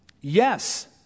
Yes